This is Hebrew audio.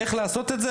איך לעשות את זה?